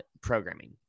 programming